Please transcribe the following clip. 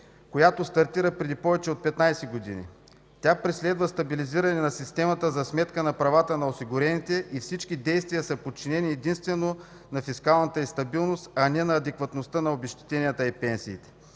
която стартира преди повече от 15 години. Тя преследва стабилизирането на системата за сметка на правата на осигурените и всички действия са подчинени единствено на фискалната й стабилност, а не на адекватността на обезщетенията и пенсиите.